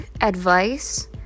advice